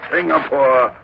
Singapore